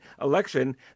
election